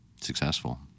successful